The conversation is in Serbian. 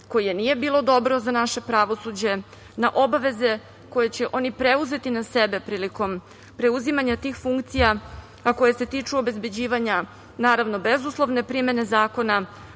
koje nije bilo dobro za naše pravosuđe, na obaveze koje će oni preuzeti na sebe prilikom preuzimanja tih funkcija, a koje se tiču obezbeđivanja, naravno, bezuslovne primene zakona,